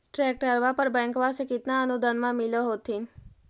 ट्रैक्टरबा पर बैंकबा से कितना अनुदन्मा मिल होत्थिन?